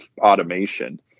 automation